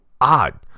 odd